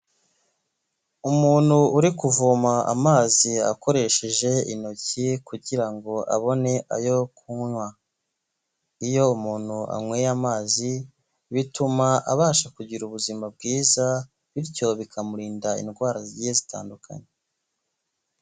Umuntu uri kuvoma amazi akoresheje intoki kugira ngo abone ayo kunywa, iyo umuntu anyweye amazi bituma abasha kugira ubuzima bwiza bityo bikamurinda indwara zigiye zitandukanye.